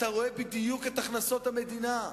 אתה רואה בדיוק את הכנסות המדינה,